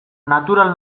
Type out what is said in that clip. natural